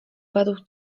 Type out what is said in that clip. padł